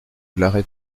l’arrêt